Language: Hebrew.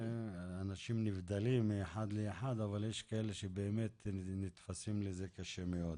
אנשים נבדלים מאחד לאחד אבל יש כאלה שנתפסים לזה קשה מאוד.